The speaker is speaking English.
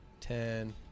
Ten